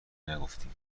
نگفتیم